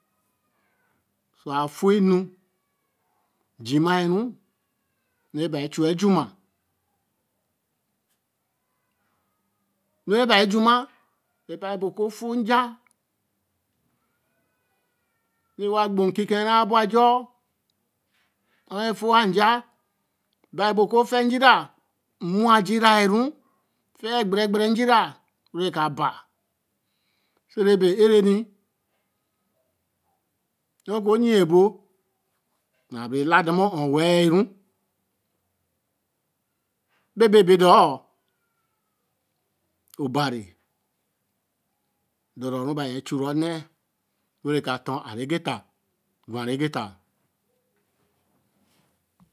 Wa fo nu jí ma ru, e beyi re chu wa ju ma wen be ju ma, e baã be ku too nje, re wa gbo ekki ke ra bur ajor, ho ra fo wa nja, ba be ku fejira, nme ajira ru, fe ya e ghere, ghere njiri wen ka ba, se re be ẽ ra ni ru ka yiyen e bó na be re la de no no we-ru è se ba doo ho, Obari, dora. ru ba yen chy re onne, wen re ka do a regeta gwa ru geta.